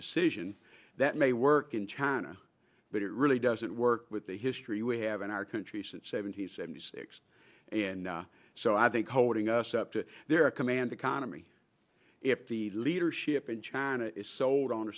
decision that may work in china but it really doesn't work with the history we have in our country since seventy seventy six and so i think holding us up to their a command economy if the leadership in china is sold on